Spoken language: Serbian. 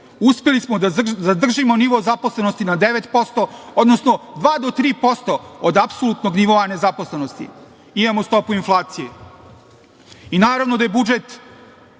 uspeli smo da zadržimo nivo zaposlenosti na 9%, odnosno dva do 3% od apsolutnog nivoa nezaposlenosti. Imamo stopu inflacije i naravno da budžet,